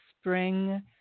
spring